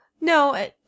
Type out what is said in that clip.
No